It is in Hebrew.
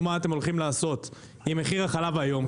מה אתם הולכים לעשות עם מחיר החלב היום,